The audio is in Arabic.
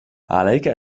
عليك